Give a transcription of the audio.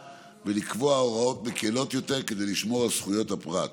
ולקבוע הוראות מקילות יותר כדי לשמור על זכויות הפרט: